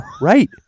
Right